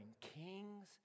kings